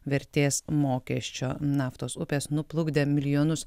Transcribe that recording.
vertės mokesčio naftos upės nuplukdė milijonus